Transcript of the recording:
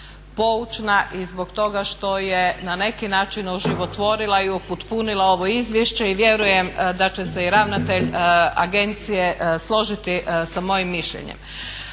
poučna i zbog toga što je na neki način oživotvorila i upotpunila ovo izvješće i vjerujem da će se i ravnatelj agencije složiti sa mojim mišljenjem.